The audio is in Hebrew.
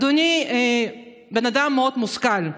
אדוני בן אדם מאוד משכיל,